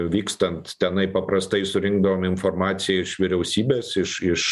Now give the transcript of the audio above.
vykstant tenai paprastai surinkdavom informaciją iš vyriausybės iš iš